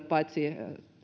paitsi